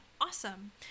awesome